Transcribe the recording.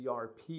ERP